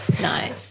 Nice